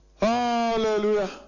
Hallelujah